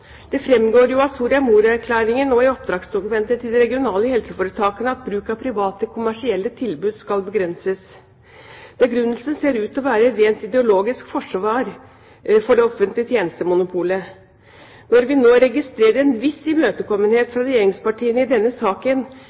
Det fremgår av Soria Moria-erklæringen og oppdragsdokumenter til de regionale helseforetakene at bruken av private, kommersielle tilbud skal begrenses. Begrunnelsen ser ut til å være et rent ideologisk forsvar for det offentlige tjenestemonopolet. Når vi nå registrerer en viss imøtekommenhet fra regjeringspartiene i denne saken,